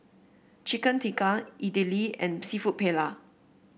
Chicken Tikka Idili and seafood Paella